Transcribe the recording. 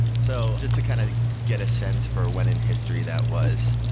so just to kind of get a sense for when in history that was,